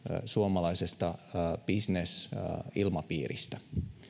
suomalaisesta bisnesilmapiiristä